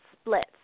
splits